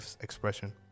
expression